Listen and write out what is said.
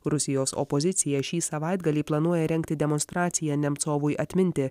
rusijos opozicija šį savaitgalį planuoja rengti demonstraciją nemcovui atminti